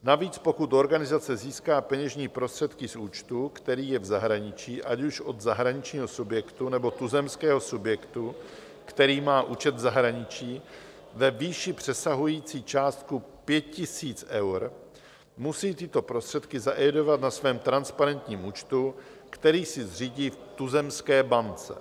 Navíc, pokud organizace získá peněžní prostředky z účtu, který je v zahraničí, ať už od zahraničního subjektu, nebo tuzemského subjektu, který má účet v zahraničí, ve výši přesahující částku 5 000 eur, musí tyto prostředky zaevidovat na svém transparentním účtu, který si zřídí v tuzemské bance.